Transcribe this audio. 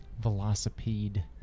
Velocipede